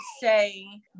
say